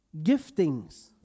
giftings